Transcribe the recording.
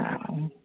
आन